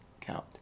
count